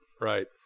Right